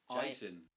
Jason